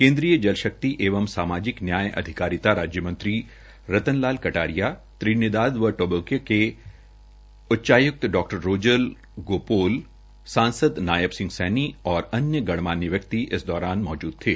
केन्द्री जल शक्ति एवं सामाजिक न्याय अधिकारिता राज्य मंत्री रतन लाल कटारिया त्रिनीदाद व टोबैगो के उच्चायुक्त डा रोज़र गोपोल सांसद नायब सिंह सैनी और अन्य गणमान्य व्यकित इस दौरान मौजूद थे